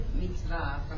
mitzvah